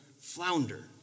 flounder